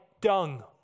dung